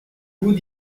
vous